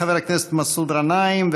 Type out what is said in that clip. חבר הכנסת מסעוד גנאים,